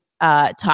Talk